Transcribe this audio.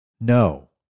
no